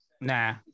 Nah